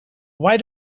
why